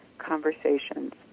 Conversations